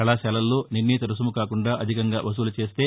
కళాశాలల్లో నిర్దీత రుసుము కాకుండా అధికంగా వసూలు చేస్తే